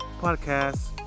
podcast